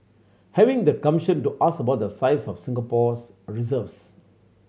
having the gumption to ask about the size of Singapore's reserves